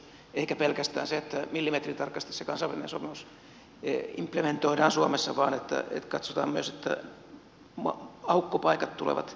ei pelkästään millimetrin tarkasti sitä kansainvälistä sopimusta implementoida suomessa vaan katsotaan myös että aukkopaikat tulevat tilkityiksi